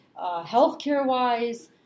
healthcare-wise